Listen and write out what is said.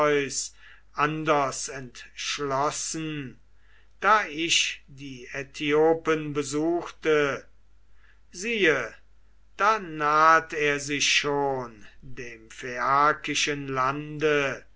anders entschlossen da ich die aithiopen besuchte siehe da naht er sich schon dem phaiakischen lande